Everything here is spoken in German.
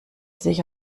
sich